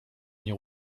nie